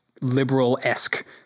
liberal-esque